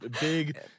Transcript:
Big